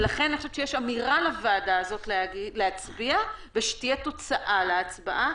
ולכן אני חושבת שיש אמירה לוועדה הזאת להצביע ושתהיה תוצאה להצבעה,